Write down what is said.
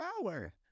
power